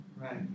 Right